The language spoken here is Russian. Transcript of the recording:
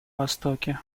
востоке